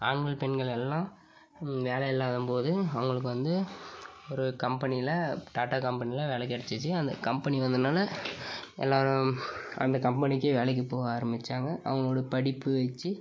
ஆண்கள் பெண்கள் எல்லாம் வேலையில்லாதபோது அவங்களுக்கு வந்து ஒரு கம்பெனியில் டாட்டா கம்பெனியில் வேலை கெடைச்சிச்சி அந்த கம்பெனி வந்ததினால எல்லோரும் அந்த கம்பனிக்கு வேலைக்கு போக ஆரம்பித்தாங்க அவங்களோட படிப்பு வச்சு